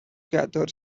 gather